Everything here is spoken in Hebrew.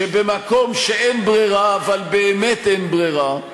הוא שבמקום שאין ברירה, אבל באמת אין ברירה,